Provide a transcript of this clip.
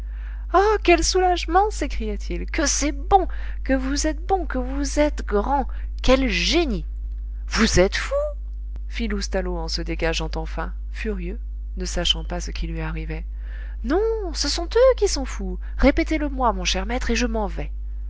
ah quel soulagement s'écriait-il que c'est bon que vous êtes bon que vous êtes grand quel génie vous êtes fou fit loustalot en se dégageant enfin furieux ne sachant pas ce qui lui arrivait non ce sont eux qui sont fous répétez le moi mon cher maître et je m'en vais